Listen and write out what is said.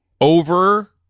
over